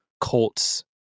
Colts